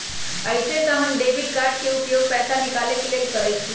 अइसे तऽ हम डेबिट कार्ड के उपयोग पैसा निकाले के लेल करइछि